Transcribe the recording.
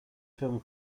film